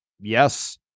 Yes